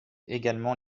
également